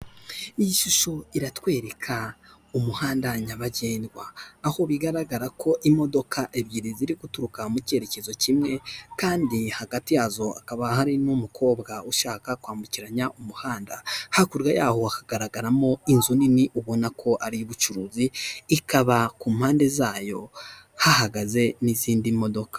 Iyi shusho iratwereka umuhanda nyabagendwa aho bigaragara ko imodoka ebyiri ziri guturuka mu cyerekezo kimwe kandi hagati yazo hakaba hari n'umukobwa ushaka kwambukiranya umuhanda hakurya yawo hagaragaramo inzu nini ubona ko ari ubucuruzi ikaba ku mpande zayo hahagaze n'izindi modoka.